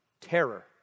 terror